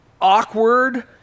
awkward